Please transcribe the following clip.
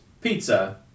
pizza